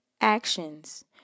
actions